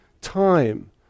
time